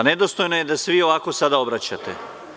Pa, nedostojno je da se vi ovako sada obraćate.